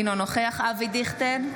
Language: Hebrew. אינו נוכח אבי דיכטר,